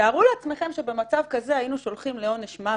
תארו לעצמכם שבמצב כזה היינו שולחים לעונש מוות,